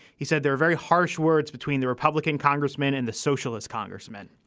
he said they're very harsh words between the republican congressman and the socialist congressman.